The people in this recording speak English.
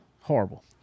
Horrible